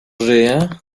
żyje